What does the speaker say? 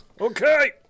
Okay